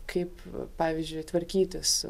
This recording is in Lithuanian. kaip pavyzdžiui tvarkytis